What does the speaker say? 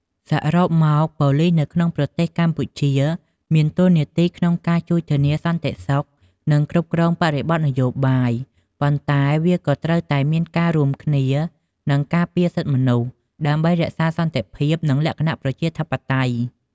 សរុបមកប៉ូលីសនៅក្នុងប្រទេសកម្ពុជា មានតួនាទីក្នុងការជួយធានាសន្តិសុខ និងគ្រប់គ្រងបរិបទនយោបាយ ប៉ុន្តែវាក៏ត្រូវតែមានការរួមគ្នានឹងការពារសិទ្ធិមនុស្ស ដើម្បីរក្សាសន្តិភាព និងលក្ខណៈប្រជាធិបតេយ្យ។